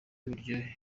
buryohe